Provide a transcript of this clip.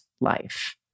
life